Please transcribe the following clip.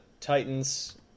titans